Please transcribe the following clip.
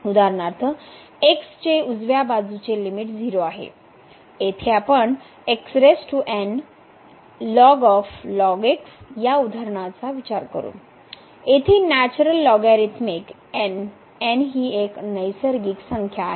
उदाहरणार्थ x चे उजव्या बाजूचे लिमिट या उदाहरणाचा विचार करू येथे नॅचरल लॉगरिथमिक n n ही एक नैसर्गिक संख्या आहे